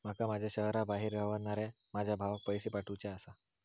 माका माझ्या शहराबाहेर रव्हनाऱ्या माझ्या भावाक पैसे पाठवुचे आसा